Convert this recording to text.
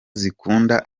zikunda